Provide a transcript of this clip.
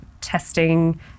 testing